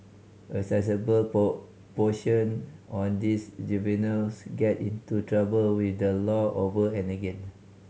a sizeable proportion on these juveniles get into trouble with the law over and again